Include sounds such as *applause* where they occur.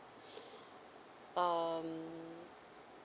*breath* um